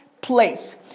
place